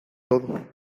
todo